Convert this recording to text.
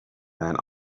man